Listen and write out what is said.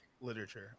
literature